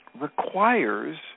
requires